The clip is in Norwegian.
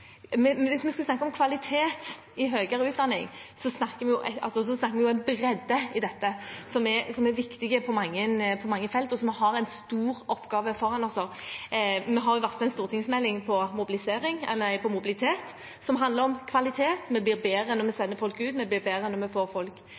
Men hvis vi skal snakke om kvalitet i høyere utdanning, snakker vi om en bredde i dette som er viktig på mange felt, og der vi har en stor oppgave foran oss. Vi har varslet en stortingsmelding om mobilitet, som handler om kvalitet. Vi blir bedre når vi